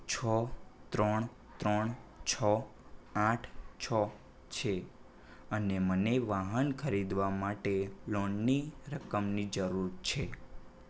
છ ત્રણ ત્રણ છ આઠ છ છે અને મને વાહન ખરીદવા માટે લોનની રકમની જરુર છે